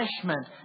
punishment